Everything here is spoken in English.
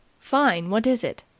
fine! what is it?